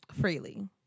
freely